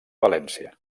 valència